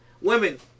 women